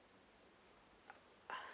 uh